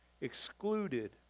excluded